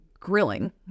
grilling